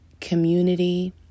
community